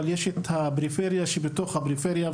אבל יש את הפריפריה שבתוך הפריפריה,